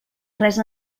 res